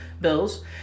bills